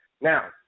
Now